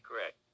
correct